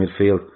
midfield